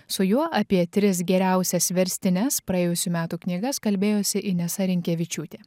su juo apie tris geriausias verstines praėjusių metų knygas kalbėjosi inesa rinkevičiūtė